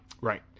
Right